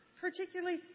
particularly